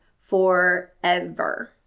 forever